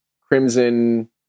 Crimson